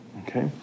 Okay